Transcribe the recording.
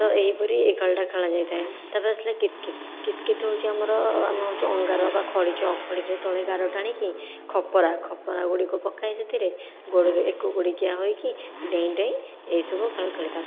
ତ ଏହିପରି ଏ ଖେଳଟା ଖେଳାଯାଇଥାଏ ତା' ପରେ ଆସିଲା କିତ୍କିତ୍ କିତ୍କିତ୍ ହେଉଛି ଆମର ଆମେ ହେଉଛୁ ଅଙ୍ଗାର ବା ଖଡ଼ି ଚକ୍ଖଡ଼ିରେ ତଳେ ଗାର ଟାଣିକି ଖପରା ଖପରାଗୁଡ଼ିକ ପକାଇ ସେଥିରେ ଗୋଡ଼ରେ ଏକ ଗୋଡ଼ିକିଆ ହୋଇକି ଡେଇଁ ଡେଇଁ ଏହିସବୁ ଖେଳ ଖେଳିଥାଉ